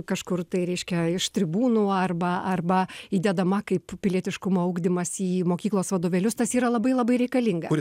kažkur tai reiškia iš tribūnų arba arba įdedama kaip pilietiškumo ugdymas į mokyklos vadovėlius tas yra labai labai reikalinga